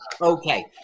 Okay